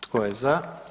Tko je za?